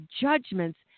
judgments